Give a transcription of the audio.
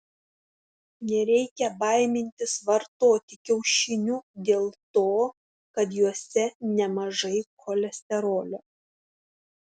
nereikia baimintis vartoti kiaušinių dėl to kad juose nemažai cholesterolio